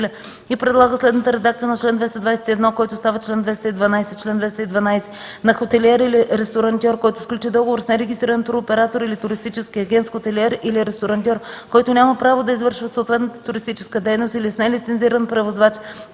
и предлага следната редакция на чл. 221, който става чл. 212: „Чл. 212. На хотелиер или ресторантьор, който сключи договор с нерегистриран туроператор или туристически агент, с хотелиер или ресторантьор, който няма право да извършва съответната туристическа дейност или с нелицензиран превозвач,